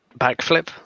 Backflip